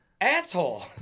Asshole